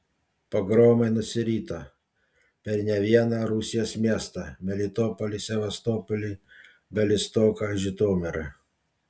pogromai nusirito per ne vieną rusijos miestą melitopolį sevastopolį bialystoką žitomirą